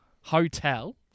Hotel